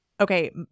Okay